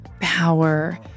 power